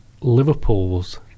Liverpool's